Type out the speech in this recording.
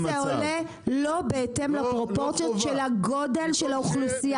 כל שנה זה עולה לא בהתאם לפרופורציות של הגודל של האוכלוסייה,